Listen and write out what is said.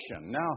Now